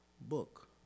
book